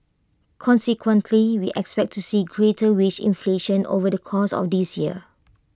consequently we expect to see greater wage inflation over the course of this year